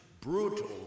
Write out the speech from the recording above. brutal